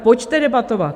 Pojďte debatovat!